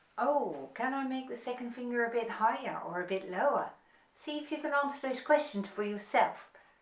oh can i make the second finger a bit higher or a bit lower see if you can answer those questions for yourself,